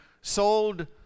sold